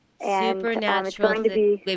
Supernatural